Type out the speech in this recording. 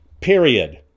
Period